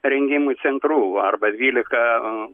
rengimų centrų arba dvylika